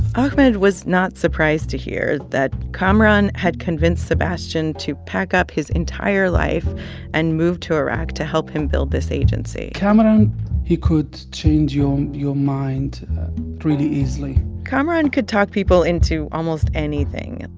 ahmed was not surprised to hear that kamaran had convinced sebastian to pack up his entire life and move to iraq to help him build this agency kamaran he could change your um your mind pretty easily kamaran could talk people into almost anything.